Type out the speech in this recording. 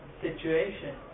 situation